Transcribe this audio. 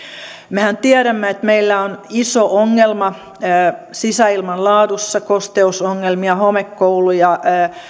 mehän tiedämme että meillä on iso ongelma sisäilman laadussa kosteusongelmia homekouluja